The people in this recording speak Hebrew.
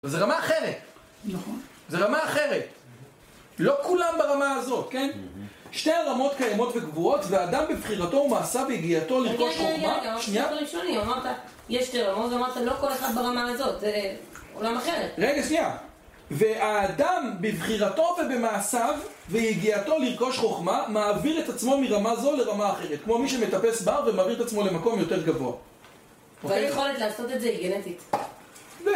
זה רמה אחרת! נכון? זה רמה אחרת! לא כולם ברמה הזאת, כן? שתי רמות קיימות וגבוהות, ואדם בבחירתו ומעשיו, ויגיעתו לרכוש חוכמה... שנייה? רגע, שנייה! ואדם בבחירתו ובמעשיו, ויגיעתו לרכוש חוכמה, מעביר את עצמו מרמה זו לרמה אחרת. כמו מי שמטפס בהר, ומעביר את עצמו למקום יותר גבוה. והיכולת לעשות את זה היא גנטית.